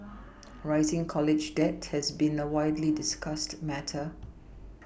rising college debt has been a widely discussed matter